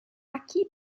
acquis